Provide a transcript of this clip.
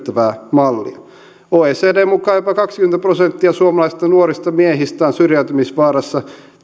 hyödyttävää mallia oecdn mukaan jopa kaksikymmentä prosenttia suomalaisista nuorista miehistä on syrjäytymisvaarassa